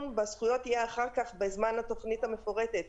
על הזכויות יהיה אחר כך בזמן התוכנית המפורטת,